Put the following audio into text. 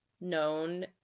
known